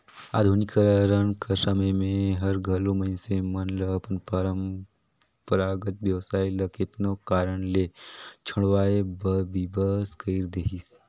आधुनिकीकरन कर समें हर घलो मइनसे मन ल अपन परंपरागत बेवसाय ल केतनो कारन ले छोंड़वाए बर बिबस कइर देहिस